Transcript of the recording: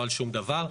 לא על שום דבר.